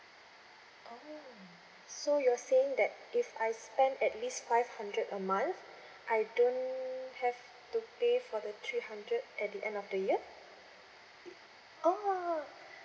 oh so you're saying that if I spend at least five hundred a month I don't have to pay for the three hundred at the end of the year oh